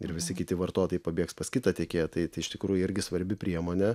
ir visi kiti vartotojai pabėgs pas kitą tiekėją tai tai iš tikrųjų irgi svarbi priemonė